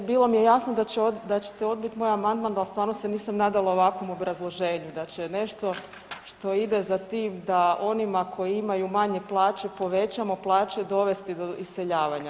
Dobro, mislim bilo mi je jasno da ćete odbit moj amandman, al stvarno se nisam nadala ovakvom obrazloženju da će nešto što ide za tim da onima koji imaju manje plaće povećamo plaće dovesti do iseljavanja.